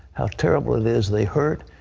how terrible it is they hurt.